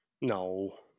no